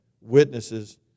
witnesses